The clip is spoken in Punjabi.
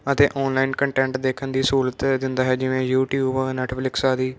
ਅਤੇ ਆਨਲਾਈਨ ਕੰਟੈਂਟ ਦੇਖਣ ਦੀ ਸਹੂਲਤ ਦਿੰਦਾ ਹੈ ਜਿਵੇਂ ਯੂਟੀਊਬ ਨੈੱਟਫਲਿਕਸ ਆਦਿ